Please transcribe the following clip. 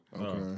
Okay